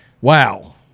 wow